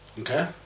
Okay